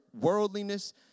worldliness